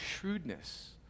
shrewdness